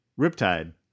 Riptide